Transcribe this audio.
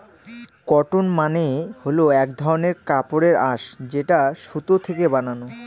cotton মানে হল এক ধরনের কাপড়ের আঁশ যেটা সুতো থেকে বানানো